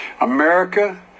America